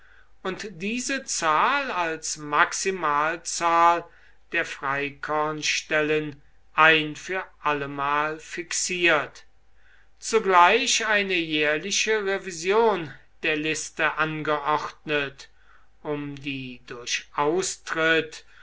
und diese zahl als maximalzahl der freikornstellen ein für allemal fixiert zugleich eine jährliche revision der liste angeordnet um die durch austritt